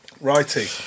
Righty